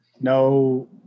No